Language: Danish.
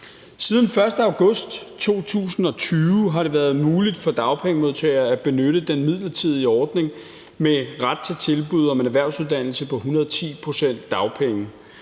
den 1. august 2020 har det været muligt for dagpengemodtagere at benytte den midlertidige ordning med ret til tilbud om en erhvervsuddannelse på 110 pct. dagpenge.